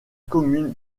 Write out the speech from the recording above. commune